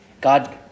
God